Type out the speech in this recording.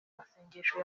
masengesho